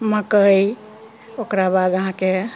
मकई ओकरा बाद अहाँके